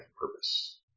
purpose